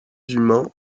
humains